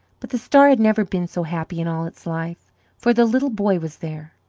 but the star had never been so happy in all its life for the little boy was there.